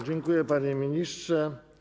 Dziękuję, panie ministrze.